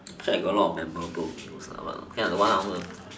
it's like a lot memorable meals lah !walao!